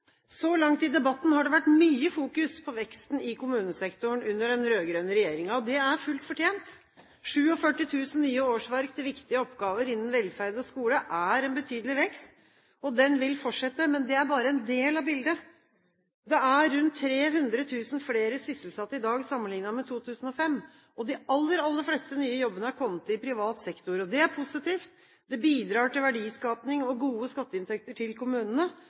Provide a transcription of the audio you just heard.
Så langt i debatten har det vært mye fokus på veksten i kommunesektoren under den rød-grønne regjeringen. Det er fullt fortjent. 47 000 nye årsverk til viktige oppgaver innen velferd og skole er en betydelig vekst. Den vil fortsette, men det er bare en del av bildet. Det er rundt 300 000 flere sysselsatte i dag sammenlignet med 2005, og de aller, aller fleste nye jobbene har kommet i privat sektor. Det er positivt. Det bidrar til verdiskaping og gode skatteinntekter til kommunene.